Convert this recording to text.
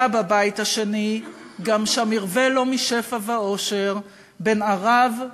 היה בבית השני גם "שם ירווה לו משפע ואושר / בן ערב,